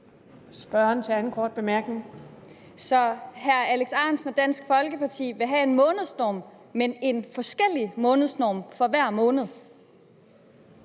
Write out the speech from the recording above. Så hr. Alex Ahrendtsen og Dansk Folkeparti vil have en månedsnorm, men en forskellig månedsnorm for hver måned?